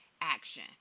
action